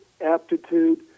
aptitude